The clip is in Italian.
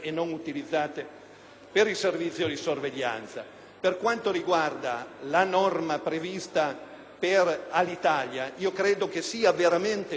Per quanto riguarda la norma prevista per Alitalia, credo che essa sia veramente unica